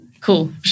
Cool